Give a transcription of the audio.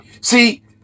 See